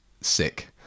sick